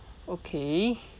okay